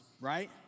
right